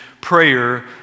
prayer